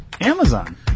Amazon